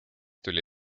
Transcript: tuli